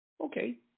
Okay